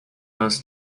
most